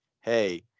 hey